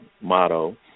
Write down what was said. motto